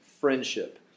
friendship